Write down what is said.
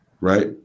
right